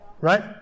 Right